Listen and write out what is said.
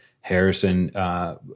Harrison